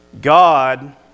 God